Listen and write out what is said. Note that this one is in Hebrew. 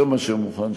יותר מאשר מוכן,